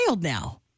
now